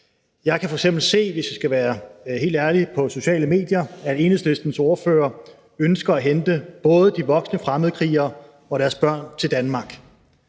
Jeg kan f.eks. se, hvis jeg skal være helt ærlig, på sociale medier, at Enhedslistens ordfører ønsker at hente både de voksne fremmedkrigere og deres børn til Danmark.